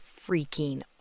freaking